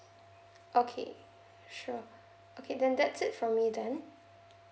okay sure okay then that's it for me then